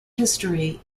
history